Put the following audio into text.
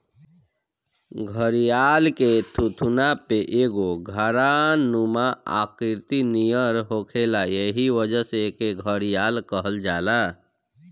घड़ियाल के थुथुना पे एगो घड़ानुमा आकृति नियर होखेला एही वजह से एके घड़ियाल कहल जाला